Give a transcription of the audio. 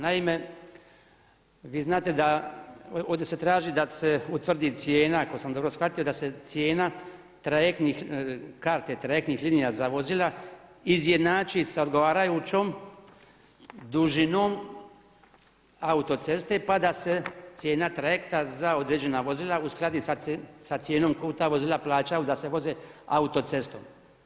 Naime vi znate da, ovdje se traži da se utvrdi cijena, ako sam dobro shvatio da se cijena trajektnih, karte trajektnih linija za vozila izjednači sa odgovarajućom dužinom autoceste pa da se cijena trajekta za određena vozila uskladi sa cijenom koju ta vozila plaćaju da se voze autocestom.